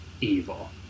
evil